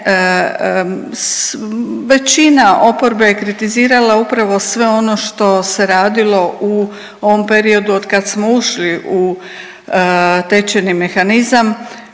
većina oporbe je kritizirala upravo sve ono što se radilo u ovom periodu od kad smo ušli u tečajni mehanizam